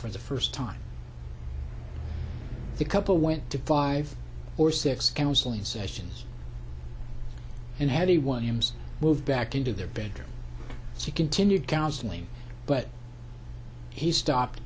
for the first time the couple went to five or six counseling sessions and had a one hume's move back into their bedroom she continued counseling but he stopped